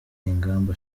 ingamba